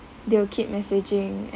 they will keep messaging and